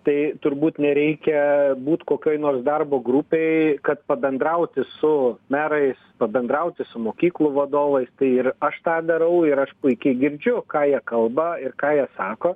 tai turbūt nereikia būt kokioj nors darbo grupėj kad pabendrauti su merais pabendrauti su mokyklų vadovais tai ir aš tą darau ir aš puikiai girdžiu ką jie kalba ir ką jie sako